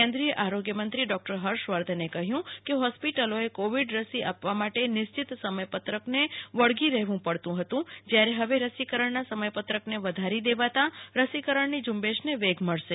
કેન્દ્રીય આરોગ્યમંત્રી ડોક્ટર ફર્ષવર્ધને કહ્ય કે હોસ્પિટલોચ્ચ કોવિડ રસી આપવા માટે નિશ્ચિત સમયપત્રકને વળગી રહેવુ પડતુ હતુ જયરે હવે રસીકરણના સમયપત્રકને વધારી દેવાતા રસીકરણની ઝુંબેળને વેગ મળશે